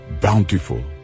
Bountiful